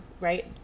right